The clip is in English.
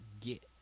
get